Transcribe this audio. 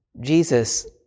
Jesus